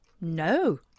No